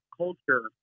culture